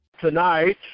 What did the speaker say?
Tonight